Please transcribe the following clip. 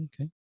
okay